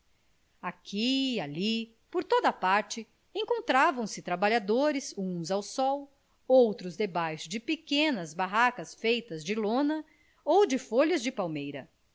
aqui ali por toda a parte encontravam-se trabalhadores uns ao sol outros debaixo de pequenas barracas feitas de lona ou de folhas de palmeira